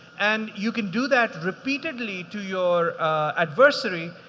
and you could do that repeatedly to your adversary,